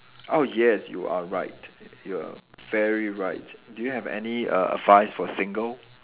oh yes you are right you are very right do you have any err advice for single